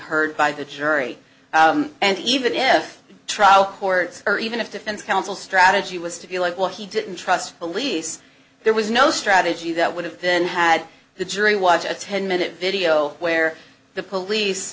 heard by the jury and even if trial courts or even if defense counsel strategy was to feel like well he didn't trust police there was no strategy that would have been had the jury watch a ten minute video where the police